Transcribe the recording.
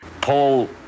Paul